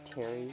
Terry